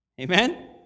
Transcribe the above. Amen